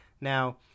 now